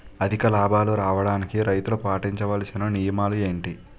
అధిక లాభాలు రావడానికి రైతులు పాటించవలిసిన నియమాలు ఏంటి